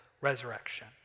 resurrection